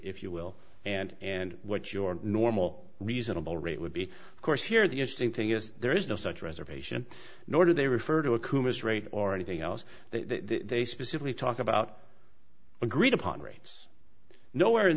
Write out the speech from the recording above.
if you will and and what your normal reasonable rate would be of course here the interesting thing is there is no such reservation nor do they refer to a coonass rate or anything else they specifically talk about agreed upon rates nowhere in